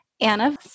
Anna